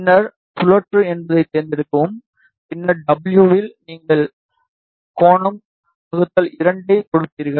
பின்னர் சுழற்று என்பதைத் தேர்ந்தெடுக்கவும் பின்னர் டபுள்யூ இல் நீங்கள் கோணம் 2 ஐக் கொடுப்பீர்கள்